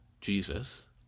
Jesus